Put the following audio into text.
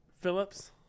Phillips